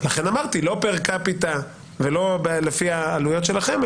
לכן אמרתי: לא פר קפיטה ולא לפי העלויות שלכם,